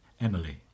Emily